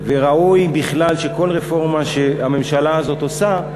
וראוי בכלל שכל רפורמה שהממשלה הזאת עושה,